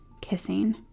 kissing